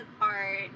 art